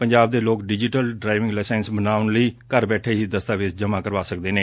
ਪੰਜਾਬ ਦੇ ਲੋਕ digital driving licence ਬਣਾਉਣ ਲਈ ਘਰ ਬੈਠੇ ਹੀ ਦਸਤਾਵੇਜ਼ ਜਮ੍ਜਾਂ ਕਰਵਾ ਸਕਦੇ ਨੇ